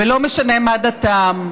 ולא משנה מה דתם,